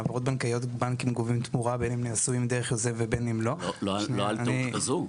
בהעברות הבנקאיות הבנקים גובים תמורה --- לא על טעות כזו.